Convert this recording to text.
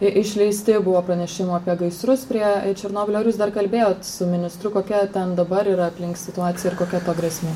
išleisti buvo pranešimų apie gaisrus prie černobylio ar jūs dar kalbėjot su ministru kokia ten dabar yra aplink situacija ir kokia to grėsmė